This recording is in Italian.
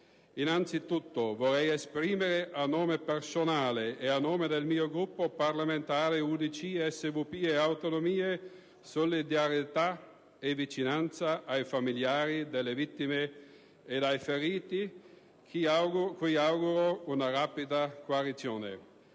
Innanzitutto, vorrei esprimere, a nome personale e a nome del mio Gruppo parlamentare, UDC, SVP, Io Sud e Autonomie, solidarietà e vicinanza ai familiari delle vittime e ai feriti, cui auguro una rapida guarigione.